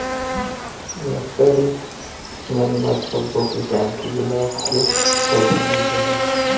nursery मन म सब्बो किसम के गुलाब के पउधा मिल जाही